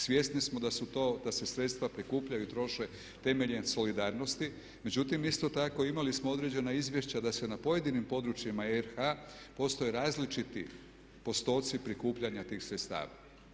Svjesni smo da se sredstva prikupljaju i troše temeljem solidarnosti međutim isto tako imali smo određena izvješća da se na pojedinim područjima RH postoje različiti postoci prikupljanja tih sredstava.